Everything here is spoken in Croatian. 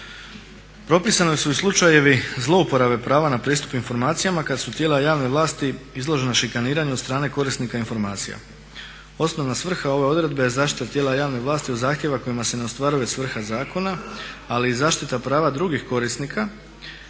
Propisani su i slučajevi zlouporabe prava na pristup informacijama kada su tijela javne vlasti izložena šikaniranju od strane korisnika informacija. Osnovna svrha ove odredbe je zaštita tijela javne vlasti od zahtjeva kojima se ne ostvaruje svrha zakona ali i zaštita prava drugih korisnika